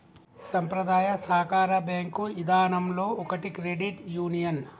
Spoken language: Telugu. సంప్రదాయ సాకార బేంకు ఇదానంలో ఒకటి క్రెడిట్ యూనియన్